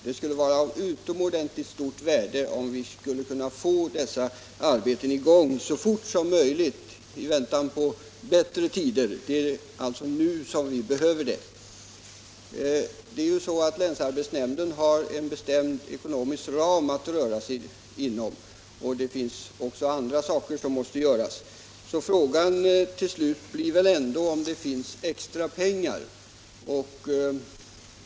Det skulle vara av utomordentligt värde om vi kunde få i gång dessa arbeten så snabbt som möjligt i väntan på bättre tider. Det är nu som vi behöver dessa vägbyggnadsarbeten. Länsarbetsnämnden har en bestämd ekonomisk ram att röra sig inom, och den har också andra uppgifter att sköta. Frågan blir väl till slut ändå om det finns extra pengar för detta ändamål.